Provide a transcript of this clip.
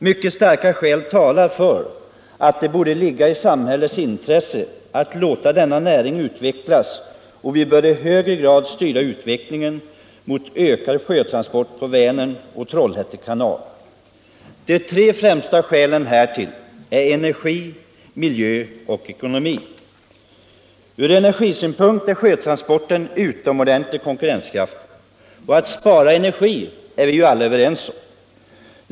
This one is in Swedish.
Mycket starka skäl talar för att det borde ligga i samhällets intresse att låta denna näring utvecklas och att vi i högre grad bör styra utvecklingen mot ökad sjötransport på Vänern och på Trollhätte kanal. De tre främsta skälen härtill är energi, miljö och ekonomi. Från energisynpunkt är sjötransporterna utomordentligt konkurrenskraftiga, och vi är ju alla överens om att försöka spara energi.